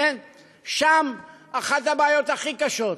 שם אחת הבעיות הכי קשות,